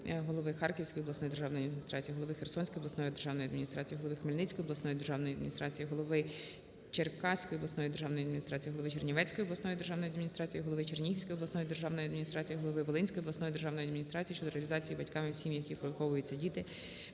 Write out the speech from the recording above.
голови Харківської обласної державної адміністрації, голови Херсонської обласної державної адміністрації, голови Хмельницької обласної державної адміністрації, голови Черкаської обласної державної адміністрації, голови Чернівецької обласної державної адміністрації, голови Чернігівської обласної державної адміністрації, голови Волинської обласної державної адміністрації щодо реалізації батьками, в сім'ях яких виховуються діти,